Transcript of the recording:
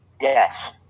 Yes